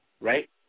right